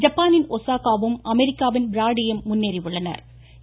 ஜப்பானின் ஷசாகாவும் அமெரிக்காவின் பிராடியும் முன்னேறியுள்ளனா்